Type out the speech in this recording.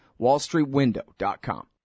WallStreetWindow.com